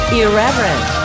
irreverent